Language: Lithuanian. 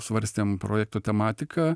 svarstėm projekto tematiką